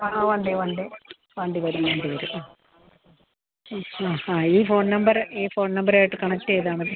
ആ വണ്ടി വണ്ടി വണ്ടി വരും വണ്ടി വരും ആ ആ ആ ഈ ഫോൺ നമ്പർ ഈ ഫോൺ നമ്പർ ആയിട്ട് കണക്റ്റ് ചെയ്താൽ മതി